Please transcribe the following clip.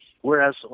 Whereas